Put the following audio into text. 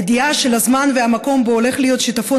הידיעה של הזמן והמקום שבהם הולך להיות שיטפון